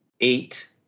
eight